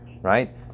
right